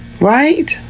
Right